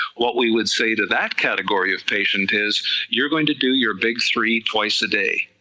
what we would say to that category of patient is you're going to do your big three twice a day,